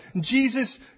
Jesus